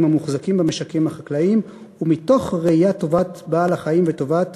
המוחזקים במשקים החקלאיים ומתוך ראיית טובת בעל-החיים וטובת